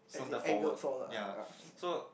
slanted forward ya